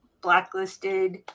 Blacklisted